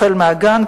החל מהגן,